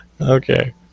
Okay